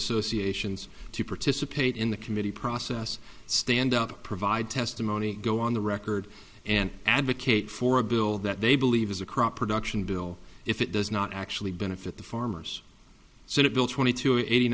associations to participate in the committee process stand up provide testimony go on the record and advocate for a bill that they believe is a crop production bill if it does not actually benefit the farmers senate bill twenty two eighty